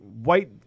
white